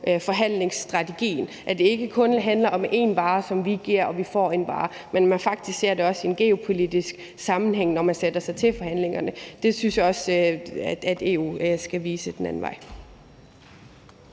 forhandlingsstrategien, altså at det ikke kun handler om én vare, som vi sælger mod at købe en vare, men at man faktisk også ser det i en geopolitisk sammenhæng, når man sætter sig til forhandlingerne. Det synes jeg også EU skal vise den anden vej.